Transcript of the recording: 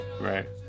right